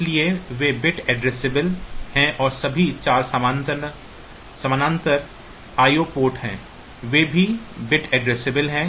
इसलिए वे bit addressable हैं और सभी 4 समानांतर IO पोर्ट हैं वे भी बिट एड्रेसेबल हैं